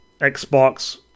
Xbox